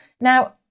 Now